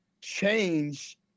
change